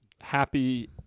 Happy